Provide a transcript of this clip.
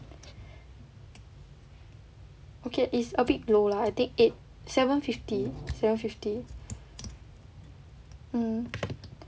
okay is a bit low lah I think eight seven fifty seven fifty